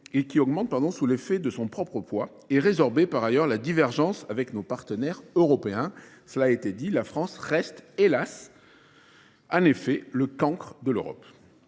et qui augmente sous l'effet de son propre poids et résorber par ailleurs la divergence avec nos partenaires européens. Cela a été dit, la France reste hélas. en effet le cancre de l'Europe.